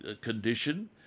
condition